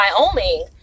Wyoming